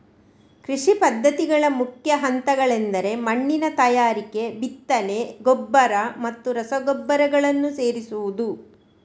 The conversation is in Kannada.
ಕೃಷಿ ಪದ್ಧತಿಗಳ ಮುಖ್ಯ ಹಂತಗಳೆಂದರೆ ಮಣ್ಣಿನ ತಯಾರಿಕೆ, ಬಿತ್ತನೆ, ಗೊಬ್ಬರ ಮತ್ತು ರಸಗೊಬ್ಬರಗಳನ್ನು ಸೇರಿಸುವುದು